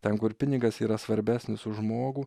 ten kur pinigas yra svarbesnis už žmogų